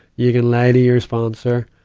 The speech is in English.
you can lie to your sponsor.